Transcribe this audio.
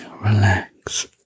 relax